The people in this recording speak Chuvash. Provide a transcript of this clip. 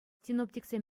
синоптиксем